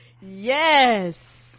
Yes